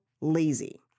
lazy